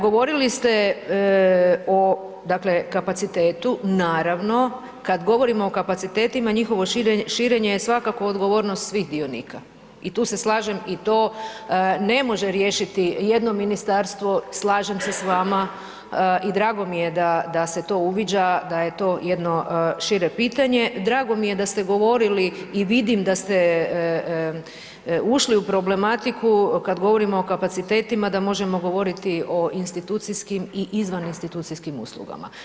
Govorili ste o dakle o kapacitetu, naravno, kad govorimo o kapacitetima, njihovo širenje je svakako odgovornost svih dionika i tu se slažem i to ne može riješiti jedno ministarstvo, slažem se s vama i drago mi je da se to uviđa da je to jedno šire pitanje, drago mi je da ste govorili i vidim da ste ušli u problematiku kad govorimo o kapacitetima, da možemo govoriti o institucijskim i izvan institucijskim uslugama.